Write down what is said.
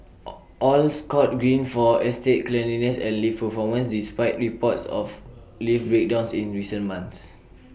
all all scored green for estate cleanliness and lift performance despite reports of lift breakdowns in recent months